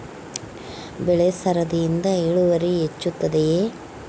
ಬೆಳೆ ಸರದಿಯಿಂದ ಇಳುವರಿ ಹೆಚ್ಚುತ್ತದೆಯೇ?